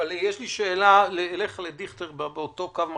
יש לי שאלה אליך, דיכטר, באותו קו מחשבה.